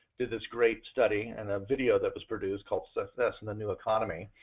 did this great study and a video that was produced called success in the new economy.